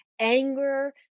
anger